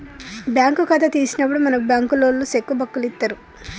bank ఖాతా తీసినప్పుడే మనకు బంకులోల్లు సెక్కు బుక్కులిత్తరు